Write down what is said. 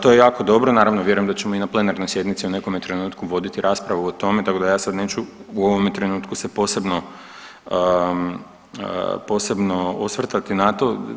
To je jako dobro, naravno vjerujem da ćemo i na plenarnoj sjednici u nekome trenutku voditi raspravu o tome, tako da ja sad neću u ovome trenutku se posebno, posebno osvrtati na to.